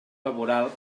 laboral